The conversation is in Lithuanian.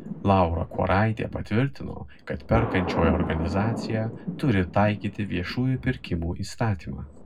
laura kuoraitė patvirtino kad perkančioji organizacija turi taikyti viešųjų pirkimų įstatymą